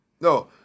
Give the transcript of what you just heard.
No